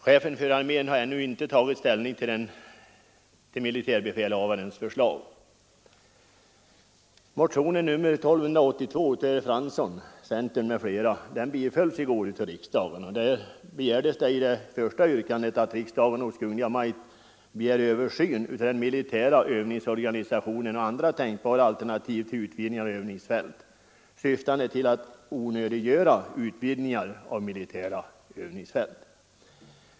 Chefen för armén har ännu inte tagit slutlig ställning till militärbefälhavarens förslag. onödiggöra utvidgningar av militära övningsfält.